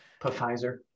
Pfizer